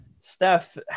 Steph